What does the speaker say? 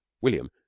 william